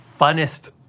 funnest